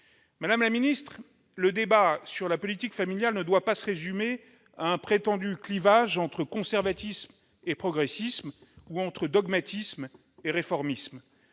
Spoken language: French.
Madame la ministre, le débat sur la politique familiale ne doit pas se résumer à un prétendu clivage entre conservatisme et progressisme ou entre dogmatisme et réformisme.